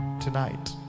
tonight